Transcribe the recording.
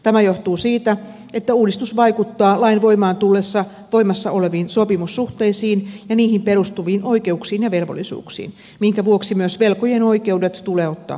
tämä johtuu siitä että uudistus vaikuttaa lain voimaan tullessa voimassa oleviin sopimussuhteisiin ja niihin perustuviin oikeuksiin ja velvollisuuksiin minkä vuoksi myös velko jien oikeudet tulee ottaa huomioon